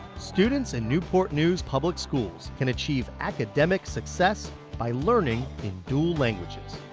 students in newport news public schools can achieve academic success by learning in dual languages.